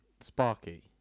Sparky